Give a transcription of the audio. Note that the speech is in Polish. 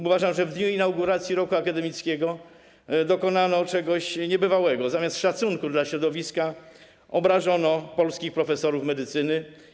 Uważam, że w dniu inauguracji roku akademickiego dokonano czegoś niebywałego, bo zamiast szacunku dla środowiska obrażono polskich profesorów medycyny.